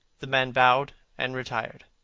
the man bowed and retired.